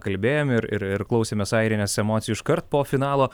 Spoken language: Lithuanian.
kalbėjom ir ir klausėmės airinės emocijų iškart po finalo